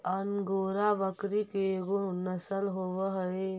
angora बकरी के एगो नसल होवऽ हई